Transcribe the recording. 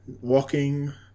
walking